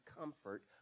comfort